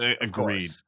agreed